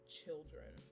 children